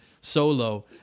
solo